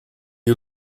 you